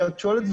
את שואלת,